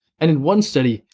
and in one study,